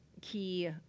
key